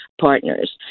partners